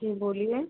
जी बोलिए